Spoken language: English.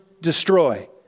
destroy